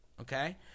okay